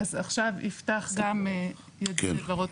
עכשיו גם יפתח יגיד את דברו.